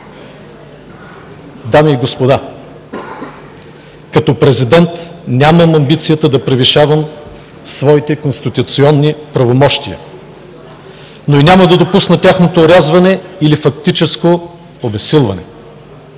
Дами и господа, като президент нямам амбицията да превишавам своите конституционни правомощия, но и няма да допусна тяхното орязване или фактическо обезсилване.